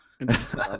Interesting